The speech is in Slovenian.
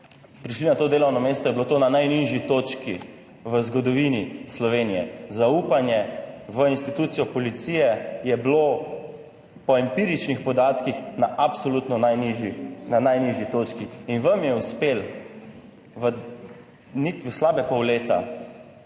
prišli na to delovno mesto, je bilo to na najnižji točki v zgodovini Slovenije. Zaupanje v institucijo policije je bilo po empiričnih podatkih na absolutno na najnižji točki . Vam je uspelo v niti slabe pol leta